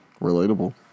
relatable